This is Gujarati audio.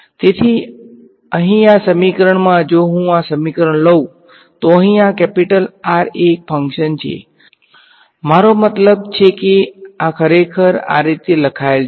તેથી અહીં આ સમીકરણમાં જો હું આ સમીકરણ લઉં તો અહીં આ કેપીટલ R એ એક ફંકશન છે મારો મતલબ છે કે આ ખરેખર આ રીતે લખાયેલ છે